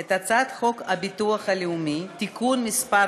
את הצעת חוק הביטוח הלאומי (תיקון מס'